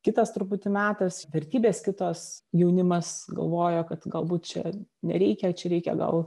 kitas truputį metas vertybės kitos jaunimas galvojo kad galbūt čia nereikia čia reikia gal